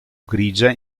grigia